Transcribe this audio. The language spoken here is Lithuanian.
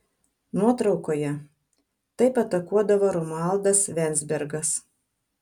nuotraukoje taip atakuodavo romualdas venzbergas